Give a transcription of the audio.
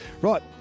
Right